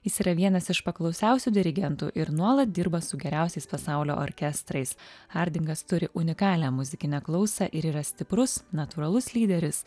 jis yra vienas iš paklausiausių dirigentų ir nuolat dirba su geriausiais pasaulio orkestrais hardingas turi unikalią muzikinę klausą ir yra stiprus natūralus lyderis